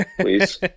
please